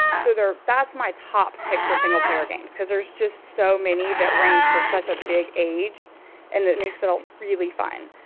so there that's my top pick for single player games, because there's just so many that range for such a big age and that makes it all really fun.